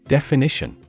Definition